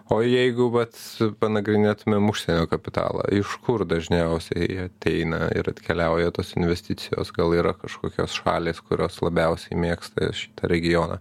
o jeigu vat panagrinėtumėm užsienio kapitalą iš kur dažniausiai ateina ir atkeliauja tos investicijos gal yra kažkokios šalys kurios labiausiai mėgsta šitą regioną